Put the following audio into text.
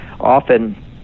often